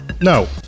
No